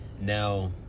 now